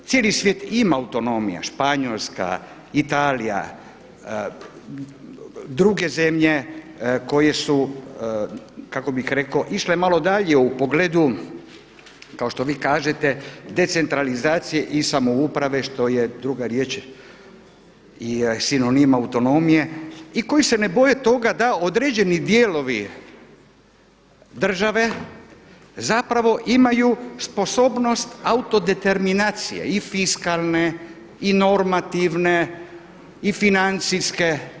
Cijeli svijet ima autonomiju, Španjolska, Italija, druge zemlje koje su, kako bih rekao išle malo dalje u pogledu, kao što vi kažete, decentralizacije i samouprave što je druga riječ, sinonim autonomije i koji se ne boje toga da određeni dijelovi države zapravo imaju sposobnost autodeterminacije i fiskalne, i normativne, i financijske.